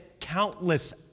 countless